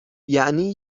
یعنی